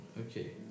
Okay